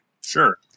Sure